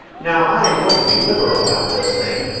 now i am going to be liberal about this thing,